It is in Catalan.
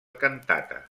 cantata